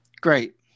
Great